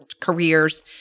careers